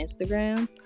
Instagram